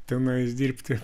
tenais dirbti